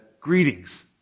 Greetings